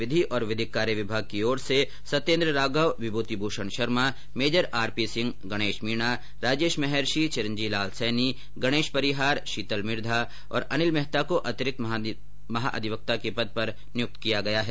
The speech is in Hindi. विधि और विधिक कार्य विभाग की ओर से Satyendra Raghav Vibhuti Bhushan Sharma major R P Singh Ganesh Meena Rajesh Maharshi Chiranjilal Saini Ganesh Parihar Sheetal Mirgho और अनिल मेहता को अतिरिक्त महाधिवक्ता के पद पर नियुक्त किया गया है